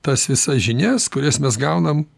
tas visas žinias kurias mes gaunam